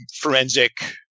forensic